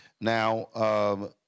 Now